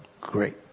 great